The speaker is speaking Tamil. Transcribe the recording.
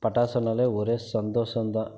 பட்டாசுனாலே ஒரே சந்தோஷந்தான்